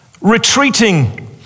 retreating